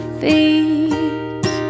feet